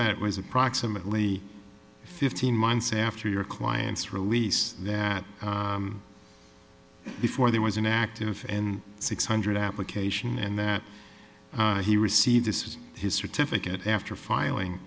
that was approximately fifteen months after your client's release that before there was an active and six hundred application and that he received this was his certificate after filing